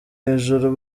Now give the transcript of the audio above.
ijuru